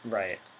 right